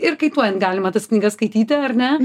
ir kaituojant galima tas knygas skaityti ar ne